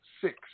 six